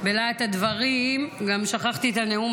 בלהט הדברים גם שכחתי את הנאום,